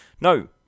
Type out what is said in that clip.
no